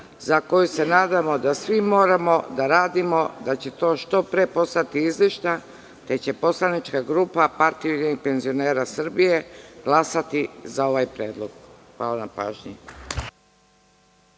za koju se nadamo da svi moramo da radimo, da će to što pre postati izlišno, te će poslanička grupa PUPS glasati za ovaj predlog. Hvala na pažnji.